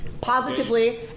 Positively